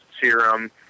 serum